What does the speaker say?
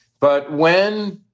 but when